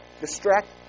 distract